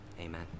amen